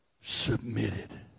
Submitted